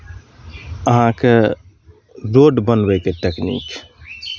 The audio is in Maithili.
अहाँकेँ रोड बनबैके टेकनीक